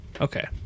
Okay